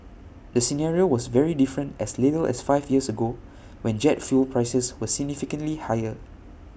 the scenario was very different as little as five years ago when jet fuel prices were significantly higher